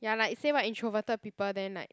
ya like say what introverted people then like